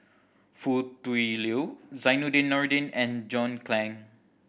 Foo Tui Liew Zainudin Nordin and John Clang